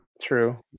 True